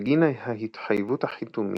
בגין ההתחייבות החיתומית,